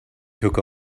took